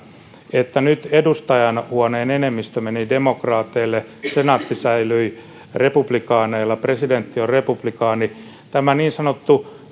että nyt edustajainhuoneen enemmistö meni demokraateille senaatti säilyi republikaaneilla presidentti on republikaani tämä niin sanottu